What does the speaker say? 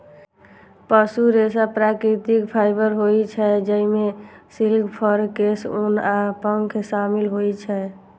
पशु रेशा प्राकृतिक फाइबर होइ छै, जइमे सिल्क, फर, केश, ऊन आ पंख शामिल होइ छै